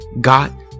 got